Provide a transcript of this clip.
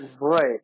right